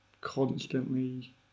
constantly